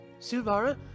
Silvara